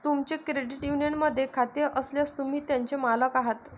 तुमचे क्रेडिट युनियनमध्ये खाते असल्यास, तुम्ही त्याचे मालक आहात